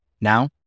Now